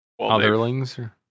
otherlings